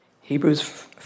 Hebrews